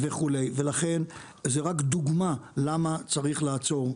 זאת דוגמה למה צריך לעצור,